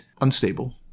unstable